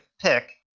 pick